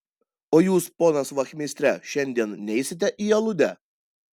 o jūs ponas vachmistre šiandien neisite į aludę